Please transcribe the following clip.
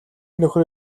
нөхөр